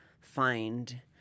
find